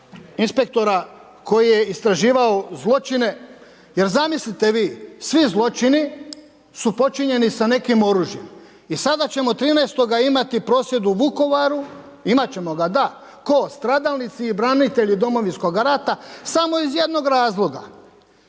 inspektora koji je istraživao zločine jer zamislite vi, svi zločini su počinjeni sa nekim oružjem i sada ćemo 13. imati prosvjed u Vukovaru. Imat ćemo ga da, tko? Stradalnici i branitelji Domovinskoga rata samo iz jednog razloga